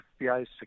FBI's